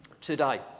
today